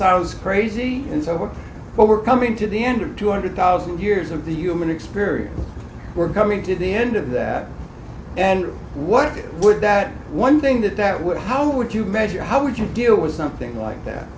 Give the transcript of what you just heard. was crazy and so what we're coming to the end of two hundred thousand years of the human experience we're coming to the end of that and what would that one thing that that would how would you measure how would you deal with something like that